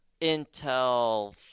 intel